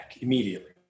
immediately